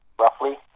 roughly